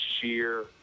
sheer